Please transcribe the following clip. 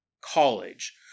College